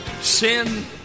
sin